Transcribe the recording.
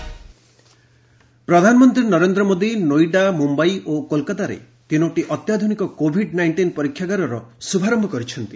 PM Covid testing ପ୍ରଧାନମନ୍ତ୍ରୀ ନରେନ୍ଦ୍ର ମୋଦୀ ନୋଇଡ଼ା ମୁମ୍ବାଇ ଓ କୋଲକାତାରେ ତିନୋଟି ଅତ୍ୟାଧୁନିକ କୋଭିଡ୍ ନାଇଣ୍ଟିନ୍ ପରୀକ୍ଷାଗାରର ଶ୍ରଭାରମ୍ଭ କରିଛନ୍ତି